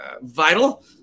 Vital